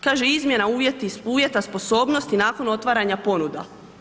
Kaže izmjena uvjeta sposobnosti nakon otvaranja ponuda.